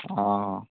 ହଁ